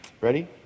Ready